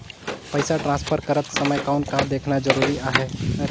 पइसा ट्रांसफर करत समय कौन का देखना ज़रूरी आहे?